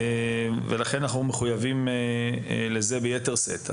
ולכן אנחנו מחויבים לזה ביתר שאת.